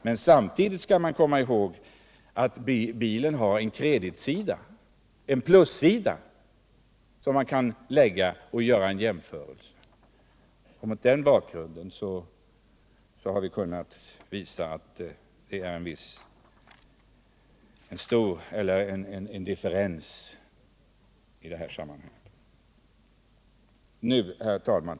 Men man skall samtidigt komma ihåg att bilen också har en kreditsida, en plussida, som man kan ställa emot dessa beräkningar och göra en jämförelse. Mot den bakgrunden har vi kunnat visa att det är en differens i det här sammanhanget. Herr talman!